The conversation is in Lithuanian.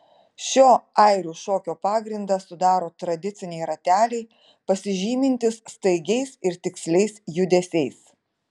šio airių šokio pagrindą sudaro tradiciniai rateliai pasižymintys staigiais ir tiksliais judesiais